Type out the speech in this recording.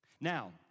Now